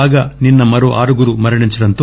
కాగా నిన్న మరో ఆరుగురు మరణించటంతో